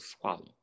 swallow